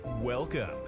Welcome